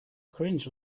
cringe